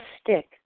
stick